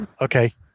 okay